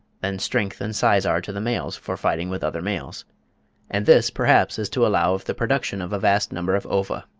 than strength and size are to the males for fighting with other males and this perhaps is to allow of the production of a vast number of ova.